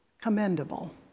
commendable